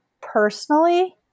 personally